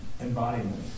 Embodiment